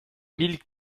mille